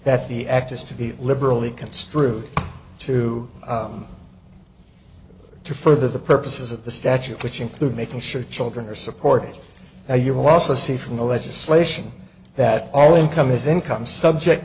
that the act is to be liberally construed to to further the purposes of the statute which include making sure children are supported now you will also see from the legislation that all income is income subject